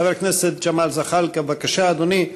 חבר הכנסת זחאלקה, בבקשה, אדוני.